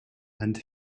and